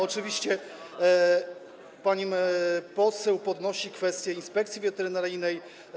Oczywiście pani poseł podnosi kwestię Inspekcji Weterynaryjnej.